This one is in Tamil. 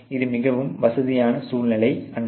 இது மிகவும் வசதியான சூழ்நிலை அன்று